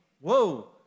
Whoa